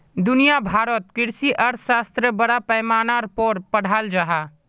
दुनिया भारोत कृषि अर्थशाश्त्र बड़ा पैमानार पोर पढ़ाल जहा